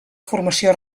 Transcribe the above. formació